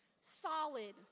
Solid